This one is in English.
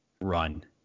run